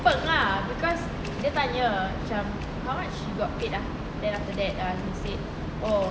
peng ah because dia tanya macam how much you got paid ah then after that ah he said oh